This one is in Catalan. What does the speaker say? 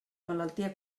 malaltia